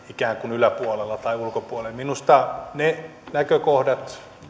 yläpuolella tai ulkopuolella minusta ne näkökohdat